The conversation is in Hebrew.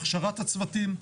הכשרת הצוותים.